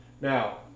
now